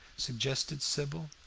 suggested sybil.